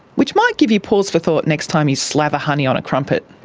which might give you pause for thought next time you slaver honey on a crumpet.